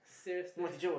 seriously